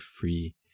free